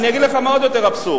אני אגיד לך מה עוד יותר אבסורד.